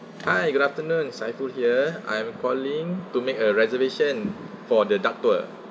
hi good afternoon saiful here I'm calling to make a reservation for the duck tour